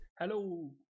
hello